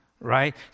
right